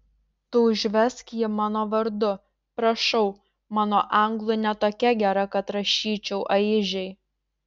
tu užvesk jį mano vardu prašau mano anglų ne tokia gera kad rašyčiau aižei